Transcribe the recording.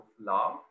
love